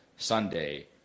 Sunday